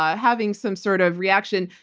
ah having some sort of reaction.